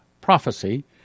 prophecy